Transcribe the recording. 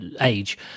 age